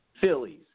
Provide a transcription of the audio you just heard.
Phillies